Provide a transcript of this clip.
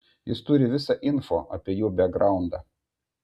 jis turi visą info apie jų bekgraundą